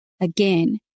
Again